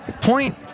Point